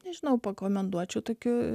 nežinau pakomentuočiau tokiu